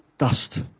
dust